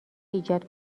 ایجاد